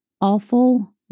awful